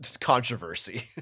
controversy